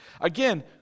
Again